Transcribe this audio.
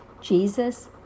Jesus